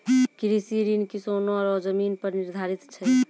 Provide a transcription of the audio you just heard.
कृषि ऋण किसानो रो जमीन पर निर्धारित छै